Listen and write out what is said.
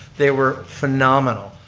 they were phenomenal.